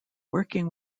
working